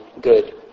good